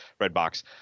Redbox